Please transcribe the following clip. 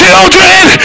Children